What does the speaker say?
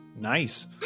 Nice